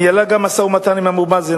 שניהלה גם משא-ומתן עם אבו מאזן,